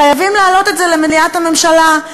חייבים להעלות את זה למליאת הממשלה.